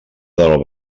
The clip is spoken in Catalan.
del